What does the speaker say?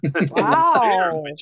Wow